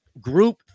group